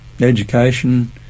education